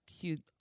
cute